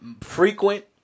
frequent